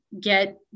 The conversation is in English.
get